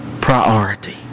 priority